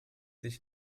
sich